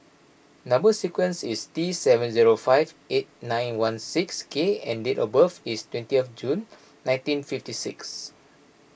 Number Sequence is T seven zero five eight nine one six K and date of birth is twentieth June nineteen fifty six